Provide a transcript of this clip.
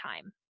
time